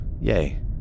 yay